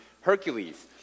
Hercules